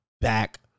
back